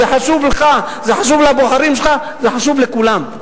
זה חשוב לך, זה חשוב לבוחרים שלך, זה חשוב לכולם,